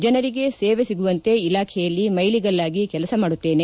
ಜನರಿಗೆ ಸೇವೆ ಸಿಗುವಂತೆ ಇಲಾಖೆಯಲ್ಲಿ ಮೈಲಿಗಲ್ವಾಗಿ ಕೆಲಸ ಮಾಡುತ್ತೇನೆ